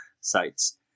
sites